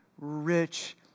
rich